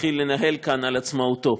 התחיל לנהל כאן על עצמאותו.